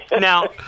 Now